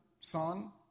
Son